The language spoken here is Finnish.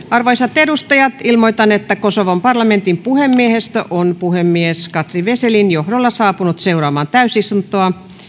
arvoisat edustajat ilmoitan että kosovon parlamentin puhemiehistö on puhemies kadri veselin johdolla saapunut seuraamaan täysistuntoa